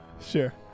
Sure